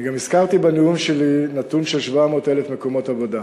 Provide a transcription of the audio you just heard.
הזכרתי גם בנאום שלי נתון של 700,000 מקומות עבודה.